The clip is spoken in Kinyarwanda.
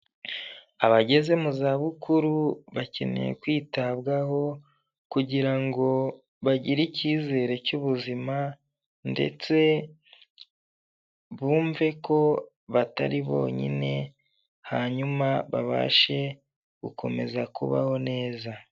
Abageze mu zabukuru bakeneye kwitabwaho kugira ngo bagire icyizere cy'ubuzima ndetse bumve ko batari bonyine, hanyuma babashe gukomeza kubaho neza.